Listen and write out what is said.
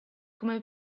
come